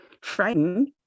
Frightened